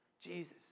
Jesus